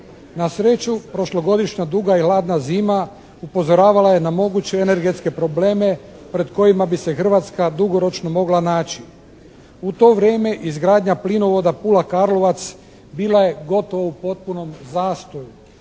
Na sreću prošlogodišnja duga i hladna zima upozoravala je na moguće energetske probleme pred kojima bi se Hrvatska dugoročno mogla naći. U to vrijeme izgradnja plinovoda Pula-Karlovac bila je gotovo u potpunom zastoju